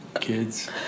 Kids